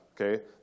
okay